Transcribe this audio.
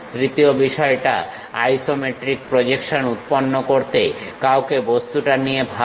তৃতীয় বিষয় হল আইসোমেট্রিক প্রজেকশন উৎপন্ন করতে কাউকে বস্তুটা নিয়ে ভাবতে হয়